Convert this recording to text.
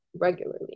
regularly